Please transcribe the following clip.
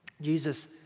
Jesus